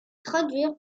traduire